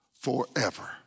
forever